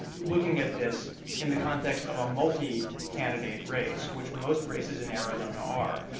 looking at this in the context of a multi-candidate race, which most races in arizona are,